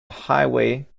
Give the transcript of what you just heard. highway